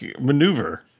maneuver